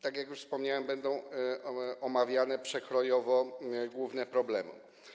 Tak jak już wspomniałem, będą omawiane przekrojowo główne problemy.